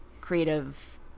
creative